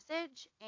message